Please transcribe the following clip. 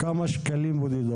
זה עולה לו כמה שקלים בודדים.